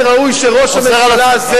אתה חוזר על עצמך.